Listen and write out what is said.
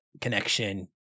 connection